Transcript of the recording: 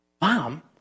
Mom